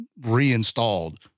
reinstalled